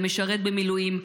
המשרת במילואים,